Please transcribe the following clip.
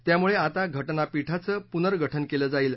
त्यामुळे आता घ जापीठाचं पुनर्गठन केलं जाईल